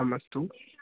आम् अस्तु